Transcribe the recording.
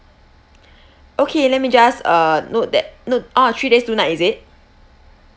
okay let me just uh note that note orh three days two night is it